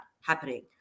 happening